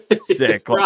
sick